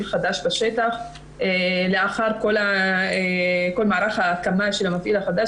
חדש בשטח לאחר כל מערך ההקמה של המפעיל החדש,